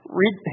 read